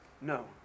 No